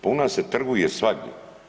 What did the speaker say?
Pa u nas se trguje svagdje.